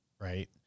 right